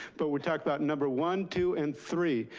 but we talked about number one, two and three.